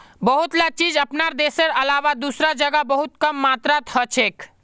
बहुतला चीज अपनार देशेर अलावा दूसरा जगह बहुत कम मात्रात हछेक